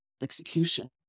execution